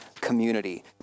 community